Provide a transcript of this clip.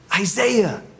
Isaiah